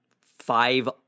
five